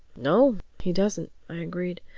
no, he doesn't, i agreed.